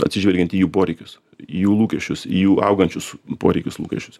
atsižvelgiant į jų poreikius į jų lūkesčius į jų augančius poreikius lūkesčius